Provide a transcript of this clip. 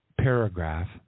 paragraph